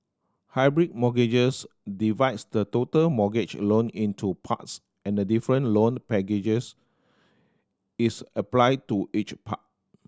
hybrid mortgages divides the total mortgage loan into parts and a different loan packages is applied to each part